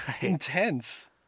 intense